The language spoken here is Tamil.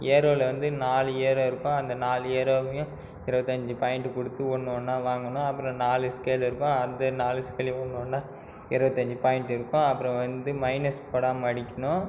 ஏரோவில் வந்து நாலு ஏரோ இருக்கும் அந்த நாலு ஏரோவையும் இருபத்தி அஞ்சு பாயிண்ட் கொடுத்து ஒன்று ஒன்றா வாங்கணும் அப்புறம் நாலு ஸ்கேல் இருக்கும் அந்த நாலு ஸ்கேலையும் ஒன்று ஒன்றா இருபத்தி அஞ்சு பாயிண்ட் இருக்கும் அப்புறம் வந்து மைனஸ் போடாமல் அடிக்கணும்